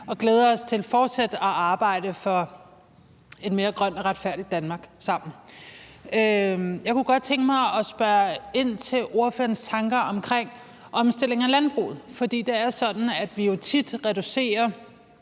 og glæder os til fortsat at arbejde sammen for et mere grønt og retfærdigt Danmark. Jeg kunne godt tænke mig at spørge ind til ordførerens tanker om omstilling af landbruget, for det er jo sådan, at vi tit reducerer